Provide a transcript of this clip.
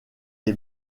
est